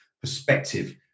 perspective